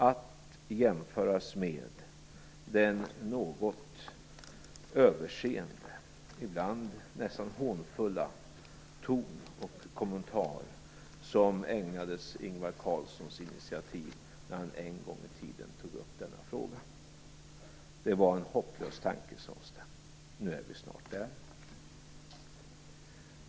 Detta kan jämföras med den något överseende, ibland nästan hånfulla ton och kommentar som ägnades Ingvar Carlssons initiativ när han en gång i tiden tog upp denna fråga. Det var en hopplös tanke, sades det. Nu är vi snart där.